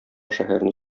шәһәрне